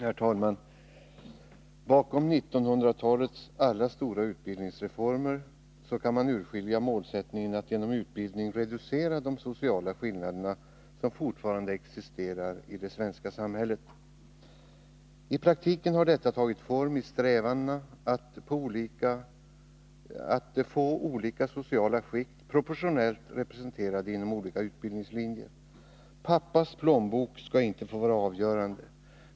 Herr talman! Bakom 1900-talets alla stora utbildningsreformer kan man utskilja målsättningen att genom utbildning reducera de sociala skillnader som fortfarande existerar i det svenska samhället. I praktiken har detta tagit form i strävanden att få olika sociala skikt proportionellt representerade inom olika utbildningslinjer. Pappas plånbok skall inte få vara avgörande.